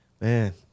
Man